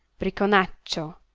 briconaccio,